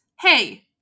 Hey